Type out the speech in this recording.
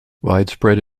widespread